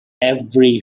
every